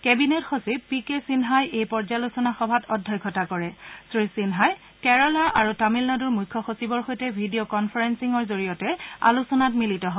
cabinet সচিব P K সিনহাই এই পৰ্যালোচনা সভাত অধ্যক্ষতা কৰে আৰু কেৰালা আৰু তামিলনাডুৰ মুখ্য সচিবৰ সৈতে ভিডিঅ' কনফাৰেসিঙৰ জৰিয়তে আলোচনা কৰে